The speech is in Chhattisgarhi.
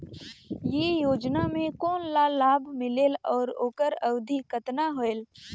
ये योजना मे कोन ला लाभ मिलेल और ओकर अवधी कतना होएल